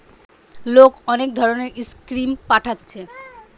লোক অনেক ধরণের স্কিম পাচ্ছে